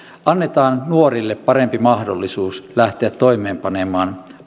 annetaan nuorille parempi mahdollisuus lähteä toimeenpanemaan